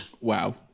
wow